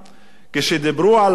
כשדיברו על הטלת